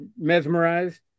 mesmerized